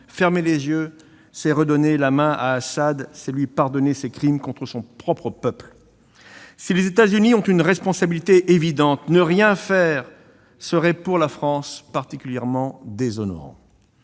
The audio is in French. fermer les yeux, c'est redonner la main à Assad, c'est lui pardonner ses crimes contre son propre peuple ! Si les États-Unis ont une responsabilité évidente, ne rien faire serait, pour la France, particulièrement déshonorant.